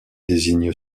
désigne